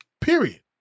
Period